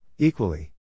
Equally